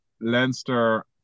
leinster